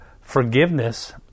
forgiveness